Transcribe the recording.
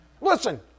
Listen